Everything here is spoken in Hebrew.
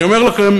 אני אומר לכם: